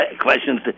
questions